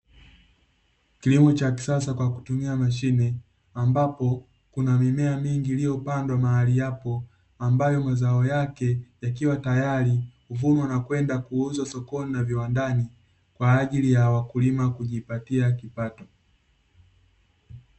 Kilimo cha kisasa kwa kutumia mashine, ambapo kuna mimea mingi iliyopandwa mahali hapo ambayo mazao yake yakiwa tayari huvunwa na kwenda kuuzwa sokoni na viwandani, kwa ajili ya wakulima kujipatia kipato.